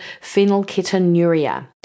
phenylketonuria